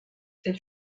elle